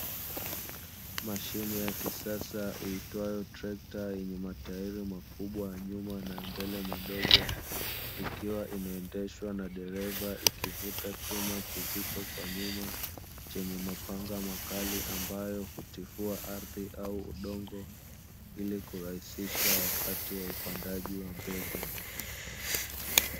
Mashine ya kisasa iitwayo trekta yenye matairi makubwa nyuma na ya mbele madogo, ikiwa inaendeshwa na dereva ikivuta chuma kizito kwa nyuma chenye mapanga makali ambayo hutifua ardhi au udongo, ili kurahisisha wakati wa upandaji wa mbegu.